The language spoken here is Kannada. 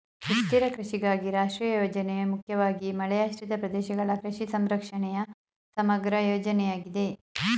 ಸುಸ್ಥಿರ ಕೃಷಿಗಾಗಿ ರಾಷ್ಟ್ರೀಯ ಯೋಜನೆ ಮುಖ್ಯವಾಗಿ ಮಳೆಯಾಶ್ರಿತ ಪ್ರದೇಶಗಳ ಕೃಷಿ ಸಂರಕ್ಷಣೆಯ ಸಮಗ್ರ ಯೋಜನೆಯಾಗಿದೆ